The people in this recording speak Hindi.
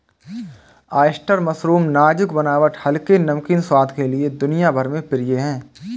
ऑयस्टर मशरूम नाजुक बनावट हल्के, नमकीन स्वाद के लिए दुनिया भर में प्रिय है